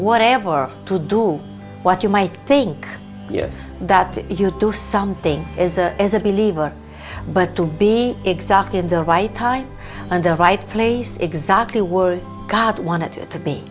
whatever to do what you might think yes that you do something as a as a believer but to be exact in the right time and the right place exactly were god wanted it to